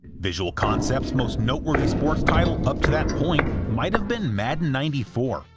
visual concepts most-noteworthy sports title up to that point might have been madden ninety four,